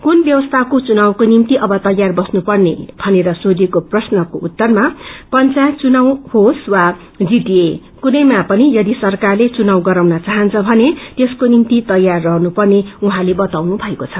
कुन व्यवस्थाको चुनावको निम्ति तयार बस्तु पर्ने भनेर सोधिएको प्रश्नको उत्तरमा पंचायत चुनाव होस वा जीटीए कुनैमा पनि यदि सरकारले चुनाव गराउन चाहन्छ भने त्यसको निम्ति तयार रहनु पर्ने उहाँले बताउनु भएको छ